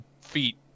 feet